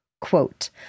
quote